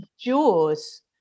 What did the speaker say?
jaws